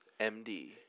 MD